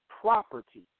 property